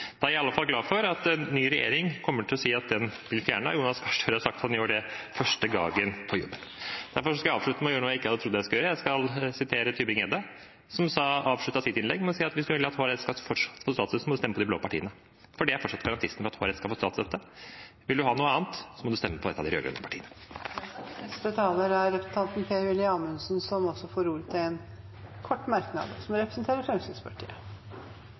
Da er jeg i alle fall glad for at en ny regjering kommer til å si at den blir fjernet. Jonas Gahr Støre har sagt at han gjør det første dag på jobb. Derfor skal jeg avslutte med å gjøre noe jeg ikke hadde trodd jeg skulle gjøre, jeg skal sitere Tybring-Gjedde, som avsluttet sitt innlegg med å si at hvis man vil at HRS fortsatt skal få statsstøtte, må man stemme på de blå partiene, for det er fortsatt garantisten for at HRS skal få statsstøtte. Vil man ha noe annet, må man stemme på et av de rød-grønne partiene. Per-Willy Amundsen har hatt ordet to ganger tidligere i debatten og får ordet til en kort merknad,